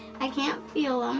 i can't feel him,